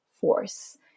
force